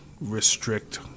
restrict